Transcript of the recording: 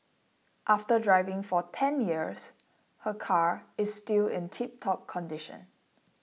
after driving for ten years her car is still in tiptop condition